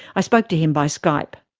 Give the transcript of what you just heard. i spoke to him by skype.